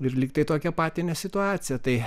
ir lyg tai tokią patinę situaciją tai